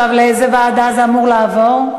לאיזה ועדה זה אמור לעבור?